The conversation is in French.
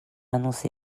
annoncé